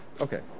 Okay